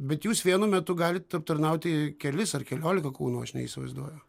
bet jūs vienu metu galit aptarnauti kelis ar keliolika kūnų aš neįsivaizduoju